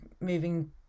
moving